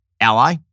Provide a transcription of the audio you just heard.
ally